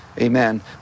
amen